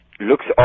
looks